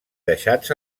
deixats